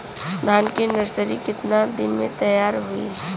धान के नर्सरी कितना दिन में तैयार होई?